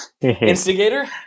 instigator